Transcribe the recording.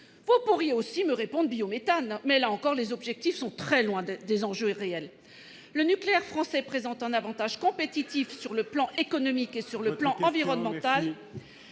Vous pourriez aussi me répondre « biométhane », mais, là encore, les objectifs sont très loin des enjeux réels. Le nucléaire français présente un avantage compétitif sur le plan économique et sur le plan environnemental.